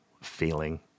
feeling